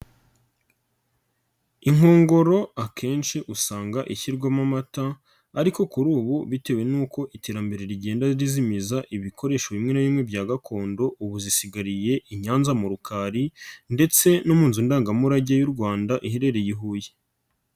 Inkongoro akenshi usanga ishyirwamo amata ariko kuri ubu bitewe n'uko iterambere rigenda rizimiza ibikoresho bimwe na bimwe bya gakondo, ubu zisigariye i Nyanza mu rukari ndetse no mu nzu ndangamurage y'u Rwanda iherereye i Huye.